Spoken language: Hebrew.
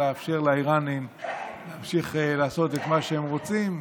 לאפשר לאיראנים להמשיך לעשות את מה שהם רוצים,